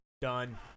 done